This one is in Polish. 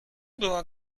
była